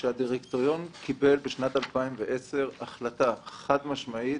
הדירקטוריון קיבל עוד בשנת 2010 החלטה חד משמעית